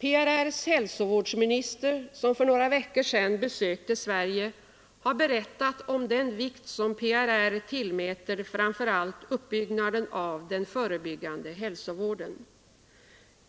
PRR:s hälsovårdsminister, som för några veckor sedan besökte Sverige, har berättat om den vikt som PRR tillmäter framför allt uppbyggnaden av den förebyggande hälsovården.